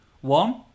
One